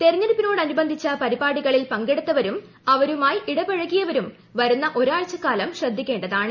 തെരുഞ്ഞെടുപ്പിനോടനുബന്ധിച്ച പരിപാടികളിൽ പങ്കെടുത്തവരും അപ്പ്തുമായി ഇടപഴകിയവരും വരുന്ന ഒരാഴ്ചക്കാലം ശ്രദ്ധിക്കേണ്ടതാണ്